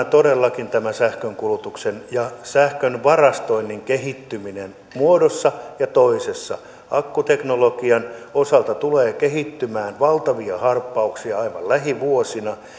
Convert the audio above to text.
todellakin sähkönkulutuksen ja sähkön varastoinnin kehittyminen muodossa ja toisessa akkuteknologian osalta tulee kehittymään valtavia harppauksia aivan lähivuosina